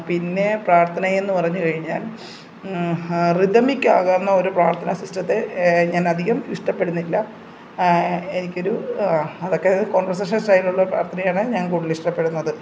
പിന്നെ പ്രാർത്ഥന എന്ന് പറഞ്ഞുകഴിഞ്ഞാൽ റിതമിക്കാകാവുന്ന ഒരു പ്രാർത്ഥനാ സിസ്റ്റത്തെ ഞാൻ അധികം ഇഷ്ടപ്പെടുന്നില്ല എനിക്കൊരു അതൊക്കെ ഒരു കോൺവെർസേഷൻ സ്റ്റൈലിലുള്ള ഒരു പ്രാർത്ഥനയാണ് ഞാൻ കൂടുതൽ ഇഷ്ടപ്പെടുന്നത്